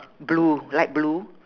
blue light blue